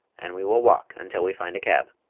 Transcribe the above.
and we will walk until we find a cab.